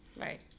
Right